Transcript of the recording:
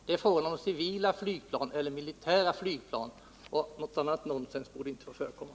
Det är här fråga om civilflygplan eller militära flygplan, och något annat nonsens borde icke få förekomma.